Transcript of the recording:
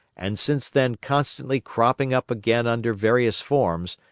and since then constantly cropping up again under various forms,